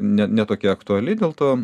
ne ne tokia aktuali dėl to